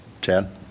Chad